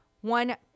one